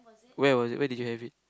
where was it where did you have it